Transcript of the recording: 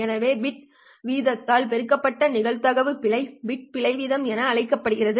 எனவே பிட் வீதத்தால் பெருக்கப்படும் நிகழ்தகவு பிழையே பிட் பிழை வீதம் என அழைக்கப்படுகிறது